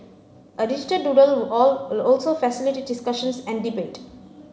a digital doodle wall will also facilitate discussions and debate